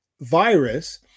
virus